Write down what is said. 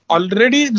Already